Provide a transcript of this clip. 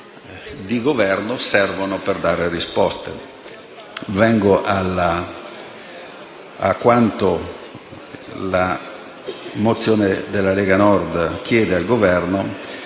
su quanto la mozione della Lega Nord chiede al Governo.